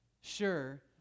Sure